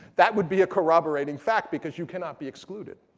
that would be a corroborating fact, because you cannot be excluded.